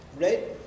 Right